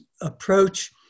approach